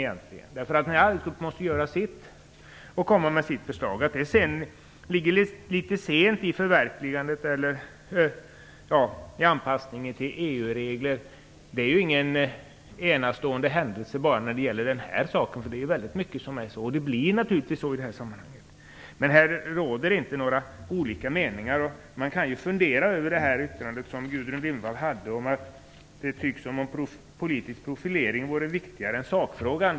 Arbetsgruppen måste göra sitt och komma med förslag. Att det ligger litet sent i förhållande till anpassningen till EU-regler är ingen enastående händelse bara när det gäller den här frågan. Det gäller mycket annat. Det blir naturligtvis så. Här råder inte några delade meningar. Man kan fundera över Gudrun Lindvalls yttrande. Det verkar som om politisk profilering vore viktigare än sakfrågan.